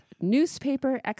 newspaper